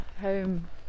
home